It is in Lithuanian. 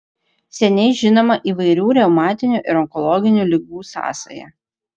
seniai žinoma įvairių reumatinių ir onkologinių ligų sąsaja